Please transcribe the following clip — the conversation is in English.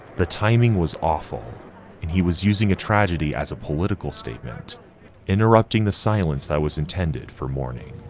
the timing was awful and he was using a tragedy as a political statement interrupting the silence that was intended for mourning.